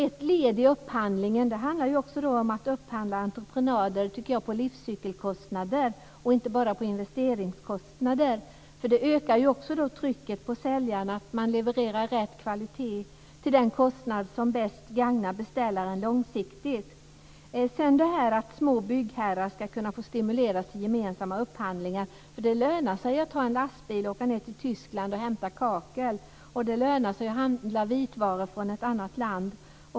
Ett led i upphandlingen kan vara att upphandla entreprenader på livscykelkostnader och inte bara på investeringskostnader. Det ökar också trycket på säljaren att leverera rätt kvalitet till den kostnad som gagnar beställaren bäst långsiktigt. Små byggherrar ska kunna stimuleras till gemensam upphandling. Det lönar sig att ta en lastbil och åka ned till Tyskland och hämta kakel. Det lönar sig att handla vitvaror från ett annat land.